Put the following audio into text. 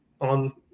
on